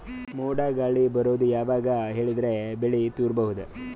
ಮೋಡ ಗಾಳಿ ಬರೋದು ಯಾವಾಗ ಹೇಳಿದರ ಬೆಳೆ ತುರಬಹುದು?